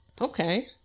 Okay